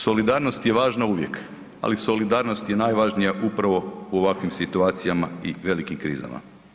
Solidarnost je važna uvijek, ali solidarnost je najvažnija upravo u ovakvim situacijama i velikim krizama.